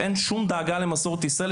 אין פה שום דאגה למסורת ישראל,